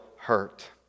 hurt